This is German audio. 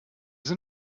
sind